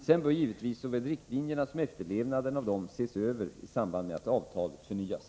Sedan bör givetvis såväl riktlinjerna som efterlevnaden av dem ses över i samband med att avtalet förnyas.